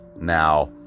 Now